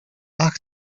ach